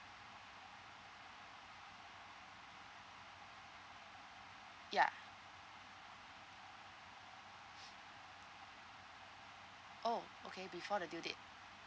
ya oh okay before the due date